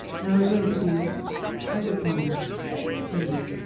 now, we're going to do other poems for you,